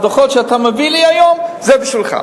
כזאת היום לכאן?